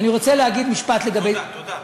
אני רוצה להגיד משפט לגבי, תודה.